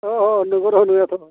औ औ नंगौ र' नांनायाथ'